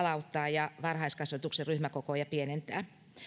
ja varhaiskasvatuksen ryhmäkokoja pienentää